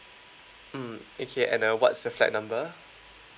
mm okay and uh what's the flight number